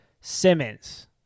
Simmons